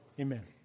amen